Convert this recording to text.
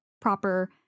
proper